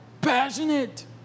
passionate